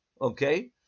okay